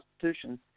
Constitution